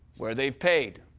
where they've paid,